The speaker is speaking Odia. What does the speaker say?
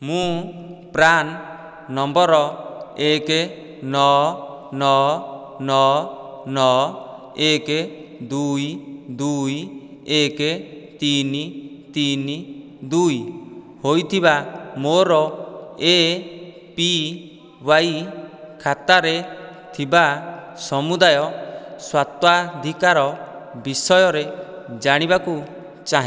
ମୁଁ ପ୍ରାନ୍ ନମ୍ବର୍ ଏକେ ନଅ ନଅ ନଅ ନଅ ଏକ ଦୁଇ ଦୁଇ ଏକ ତିନି ତିନି ଦୁଇ ହୋଇଥିବା ମୋର ଏ ପି ୱାଇ ଖାତାରେ ଥିବା ସମୁଦାୟ ସ୍ୱତ୍ୱାଧିକାର ବିଷୟରେ ଜାଣିବାକୁ ଚାହେଁ